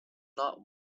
not